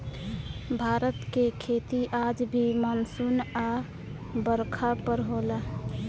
भारत के खेती आज भी मानसून आ बरखा पर होला